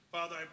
Father